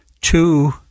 two